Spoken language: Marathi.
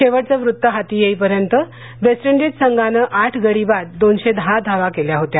शेवटचं वृत्त हाती येई पर्यंत वेस्ट इंडीज संघानं आठ गाडी बाद दोनशे दहा धावा केल्या होत्या